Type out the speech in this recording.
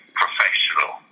professional